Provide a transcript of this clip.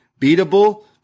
Beatable